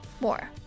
more